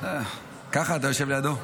ככה אתה יושב לידו?